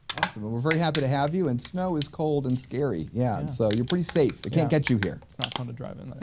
ah so but we're very happy to have you and snow is cold and scary yeah and so you're pretty safe it can't get you here. it's not fun to drive in.